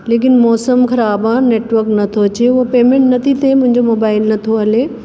लेकिन मौसमु ख़राबु आहे नेटवर्क नथो अचे उहो पेमेंट नथी थिए मुंहिंजो मोबाइल नथो हले